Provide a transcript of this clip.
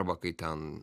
va kai ten